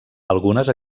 algunes